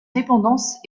dépendance